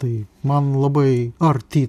tai man labai arti